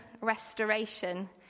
restoration